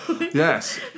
Yes